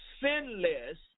sinless